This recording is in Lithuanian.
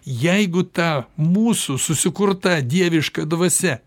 jeigu ta mūsų susikurta dieviška dvasia